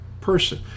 person